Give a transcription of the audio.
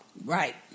Right